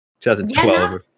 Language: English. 2012